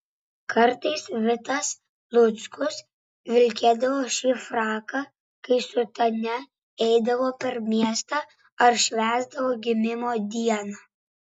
kartais vitas luckus vilkėdavo šį fraką kai su tania eidavo per miestą ar švęsdavo gimimo dieną